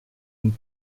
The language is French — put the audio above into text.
une